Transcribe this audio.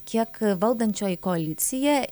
kiek valdančioji koalicija